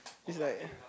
it's like